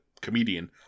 comedian